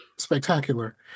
Spectacular